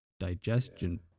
Digestion